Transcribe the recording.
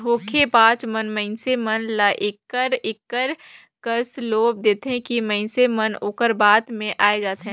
धोखेबाज मन मइनसे मन ल एकर एकर कस लोभ देथे कि मइनसे मन ओकर बात में आए जाथें